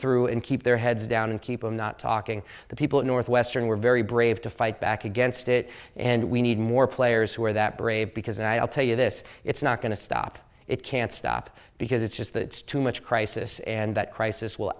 through and keep their heads down and keep i'm not talking the people at northwestern we're very brave to fight back against it and we need more players who are that brave because i'll tell you this it's not going to stop it can't stop because it's just that it's too much crisis and that crisis will